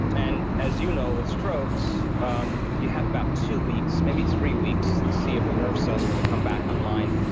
and as you know, with strokes um you have about two weeks, maybe three weeks to see if the nerve cells are going to come back online.